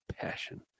passion